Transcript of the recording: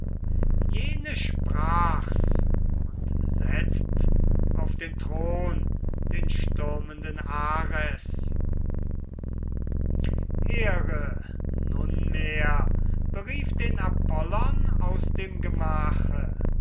jene sprach's und setzt auf den thron den stürmenden ares here nunmehr berief den apollon aus dem gemache